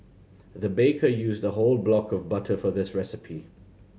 the baker used a whole block of butter for this recipe